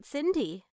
Cindy